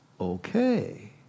okay